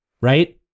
Right